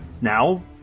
now